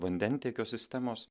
vandentiekio sistemos